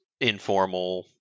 informal